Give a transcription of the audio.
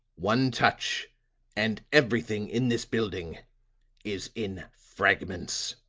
one touch and everything in this building is in fragments.